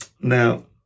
Now